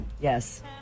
Yes